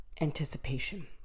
Anticipation